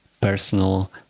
personal